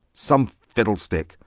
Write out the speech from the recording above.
some fiddlestick.